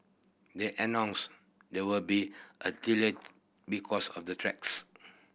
they announced there would be a delay because of the tracks